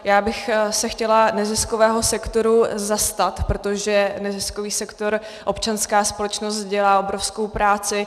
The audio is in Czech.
Chtěla bych se neziskového sektoru zastat, protože neziskový sektor, občanská společnost dělá obrovskou práci.